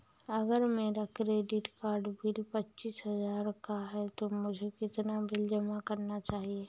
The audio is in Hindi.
अगर मेरा क्रेडिट कार्ड बिल पच्चीस हजार का है तो मुझे कितना बिल जमा करना चाहिए?